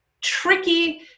tricky